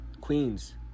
Queens